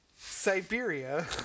Siberia